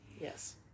Yes